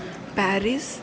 Paris